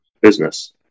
business